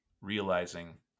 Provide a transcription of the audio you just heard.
realizing